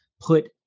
put